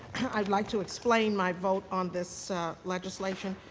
i would like to explain my vote on this legislation.